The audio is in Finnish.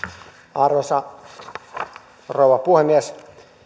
arvoisa rouva puhemies